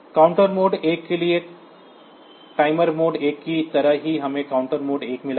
counter mode 1 के लिए timer mode 1 की तरह ही हमें काउंटर मोड 1 मिला है